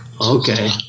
Okay